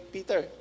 Peter